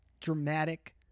dramatic